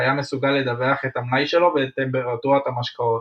והיה מסוגל לדווח את המלאי שלו ואת טמפרטורת המשקאות.